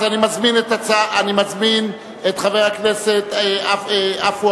אני מזמין את חבר הכנסת עפו